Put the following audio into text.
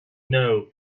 know